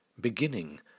beginning